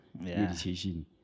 meditation